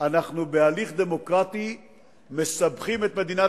אנחנו בהליך דמוקרטי מסבכים את מדינת